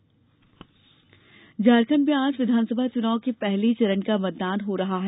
झारखंड मतदान झारखंड में आज विधानसभा चुनाव के पहले चरण का मतदान हो रहा है